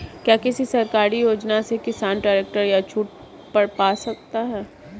क्या किसी सरकारी योजना से किसान ट्रैक्टर पर छूट पा सकता है?